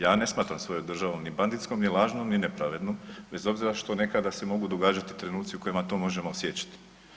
Ja ne smatram svoju državu ni banditskom, ni lažnom, ni nepravednom bez obzira što se nekada mogu događati trenuci u kojima to možemo osjećati.